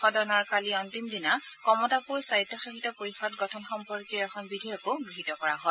সদনৰ কালি অন্তিম দিনা কমতাপুৰ স্বায়ত্তশাসিত পৰিষদ গঠন সম্পৰ্কীয় এখন বিধেয়কো গহীত কৰা হয়